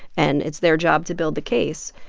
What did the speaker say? and it's their job to build the case.